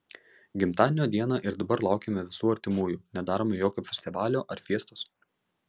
gimtadienio dieną ir dabar laukiame visų artimųjų nedarome jokio festivalio ar fiestos